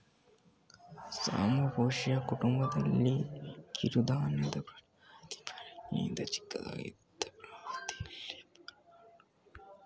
ಸಾಮೆ ಪೋಯೇಸಿಯಿ ಕುಟುಂಬದಲ್ಲಿನ ಕಿರುಧಾನ್ಯದ ಪ್ರಜಾತಿ ಬರಗಿಗಿಂತ ಚಿಕ್ಕದಾಗಿದ್ದು ಪ್ರವೃತ್ತಿಯಲ್ಲಿ ಬರಗನ್ನು ಹೋಲ್ತದೆ